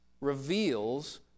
reveals